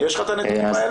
יש לך את הנתונים האלה?